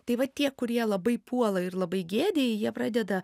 tai va tie kurie labai puola ir labai gėdyja jie pradeda